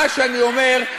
מה שאני אומר,